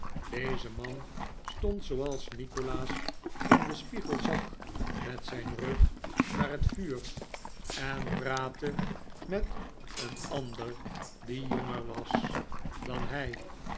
deze man stond zooals nikolaas in den spiegel zag met zijn rug naar het vuur en praatte nikola c as tegenover sjr mulberry met een ander die jonger was dan hij